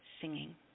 singing